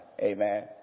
Amen